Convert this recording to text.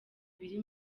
biri